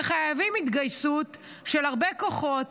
וחייבים התגייסות של הרבה כוחות